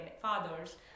fathers